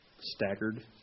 staggered